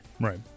Right